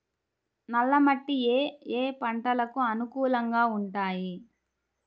నల్ల మట్టి ఏ ఏ పంటలకు అనుకూలంగా ఉంటాయి?